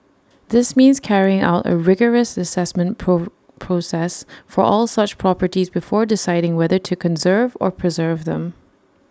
this means carrying out A rigorous Assessment process for all such properties before deciding whether to conserve or preserve them